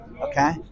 okay